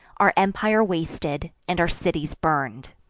our empire wasted, and our cities burn'd.